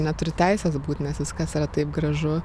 neturiu teisės būt nes viskas yra taip gražu